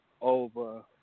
over